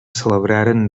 celebraren